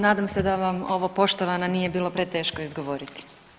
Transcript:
Nadam se da vam ovo poštovana nije bilo preteško izgovoriti.